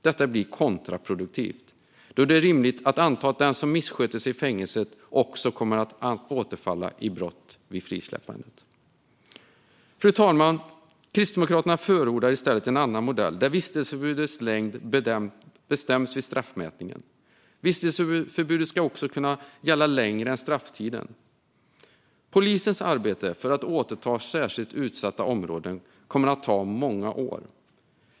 Detta blir kontraproduktivt då det är rimligt att anta att den som missköter sig i fängelset också kommer att återfalla i brott vid frisläppandet. Fru talman! Kristdemokraterna förordar i stället en annan modell där vistelseförbudets längd bestäms vid straffmätningen. Vistelseförbudet ska också kunna gälla under längre tid än strafftiden. Polisens arbete för att återta särskilt utsatta områden kommer att ta många år.